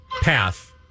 Path